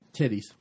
Titties